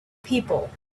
people